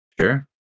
Sure